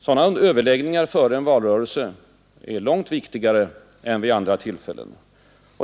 Sådana överläggningar är före en valrörelse långt viktigare än vid andra tillfällen.